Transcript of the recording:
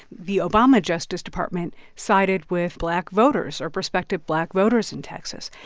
the obama justice department sided with black voters or prospective black voters in texas.